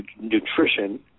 Nutrition